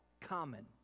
common